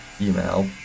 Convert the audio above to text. email